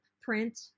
print